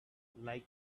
like